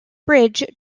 bridge